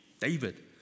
David